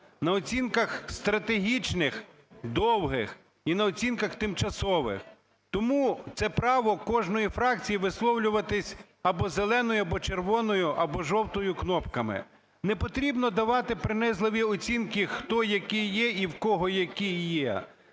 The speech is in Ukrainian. на оцінках стратегічних, довгих і на оцінках тимчасових. Тому це право кожної фракції висловлюватись або зеленою, або червоною, або жовтою кнопками. Непотрібно давати принизливі оцінки, хто, який є і в кого які є.